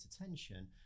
attention